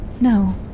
No